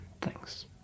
Thanks